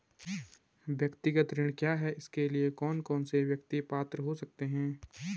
व्यक्तिगत ऋण क्या है इसके लिए कौन कौन व्यक्ति पात्र हो सकते हैं?